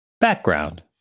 Background